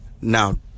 Now